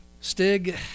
Stig